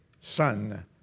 son